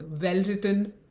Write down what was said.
well-written